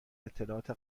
اطلاعات